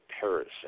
Paris